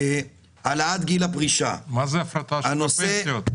העלאת גיל הפרישה --- מה זה הפרטה של הפנסיות?